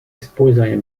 использования